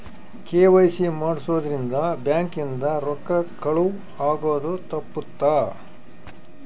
KYC ಮಾಡ್ಸೊದ್ ರಿಂದ bank ಇಂದ ರೊಕ್ಕ ಕಳುವ್ ಆಗೋದು ತಪ್ಪುತ್ತ